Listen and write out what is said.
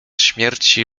śmierci